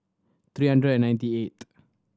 three hundred and ninety eighth